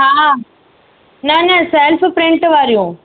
हा न न सेल्फ प्रिंट वारियूं